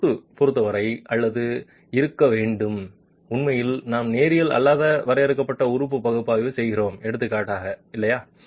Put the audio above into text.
கொத்து பொருத்தவரை அல்லது இருக்க வேண்டும் உண்மையில் நாம் நேரியல் அல்லாத வரையறுக்கப்பட்ட உறுப்பு பகுப்பாய்வு செய்கிறோம் எடுத்துக்காட்டாக இல்லையா